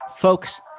Folks